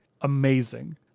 amazing